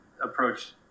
approach